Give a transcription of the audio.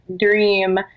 dream